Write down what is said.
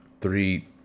three